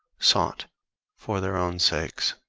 sought for their own sakes.